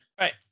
Right